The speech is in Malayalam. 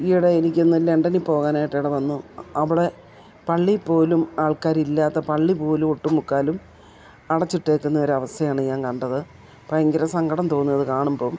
ഈയിടെ എനിക്കൊന്നു ലണ്ടനിൽ പോകാനായിട്ടിട വന്നു അവിടെ പള്ളിയിൽ പോലും ആൾക്കാരില്ലാത്ത പള്ളിയിൽ പോലും ഒട്ടു മുക്കാലും അടച്ചിട്ടിരിക്കുന്നൊരവസ്ഥയാണ് ഞാൻ കണ്ടത് ഭയങ്കര സങ്കടം തോന്നുമതു കാണുമ്പം